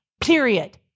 period